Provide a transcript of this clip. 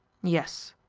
yes,